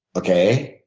okay,